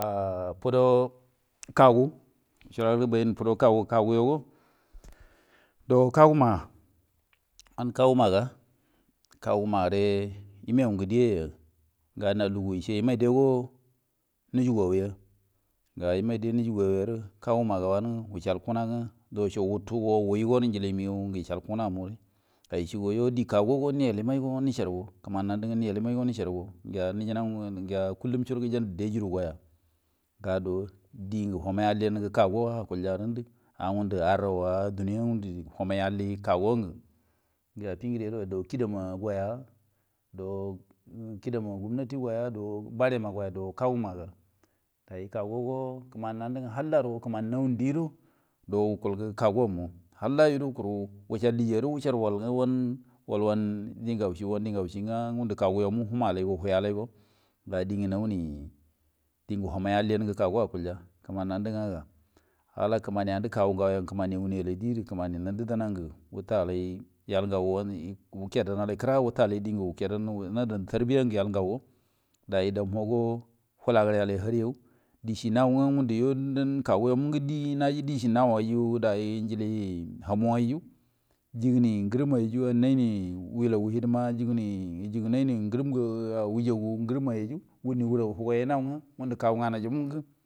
A fudo kagu, yucul a gərə bayin fudo kagu, kaguyugo dow kaguma, wanə ngə kagu ma ga, kagunma gəre yəmayu ngə dəyaya, ga na lugu yəce yəmay day nujugu au ya, ga yəmay dəy nujugu auyarə, kaguma ga wanə wucəal kugna ngwə alow co wutu go wuwi go rə njiliengə məgaw ng yəcəl kungna mu gəre, ajicie yo die kagungo niyel yəmay go ngwə nəcəal, kəman nandu ngwə nəel yəman go nəcəal go, ngəa kullum co guəro gəjan du dey juru goza, ga do diengə humay allien gə kagu akulja rə ngundə a gundo arraw, mini do wamay alli kagu ngə, dow kinda ma goya, dow kidama gumnati goya, dow barema goya, dow kaguma ga day kagugo, kəmani nandə ngwə halla guro kəmani nawu diengwə dow wukulgə kagumə, halla yu guro kuru wucəal diya, wucar wal ngwə wan diengaw cie wan diengaw acie ngwə ngunə kagu yu mu humlay go hu alay bəm diengə nalumi diengu human alliyen ya kagu akulja kəmani nando mənga ala kəmanie, ala kəmani andə kagu gaw gongə kəmani awuni alay die gərə kəmani nanda dawangə wuta yal gawgo, wulea ya allan kira gərə wuta alan diengə wuradan rə tarbiya ngə yal gaw go day daw mulu go hura gərə al hari aw decie naw ngwə ngun do yo dan kagu yo mungə, naji dienji naw ai bare yu dan njilie humu ayyu, jigəni ngorəm ayyu, amma ni welaga hidima, jigunay ni hujjagu ngərəm yu wunni hurra huguay ngundə kagu nganay yo nungə.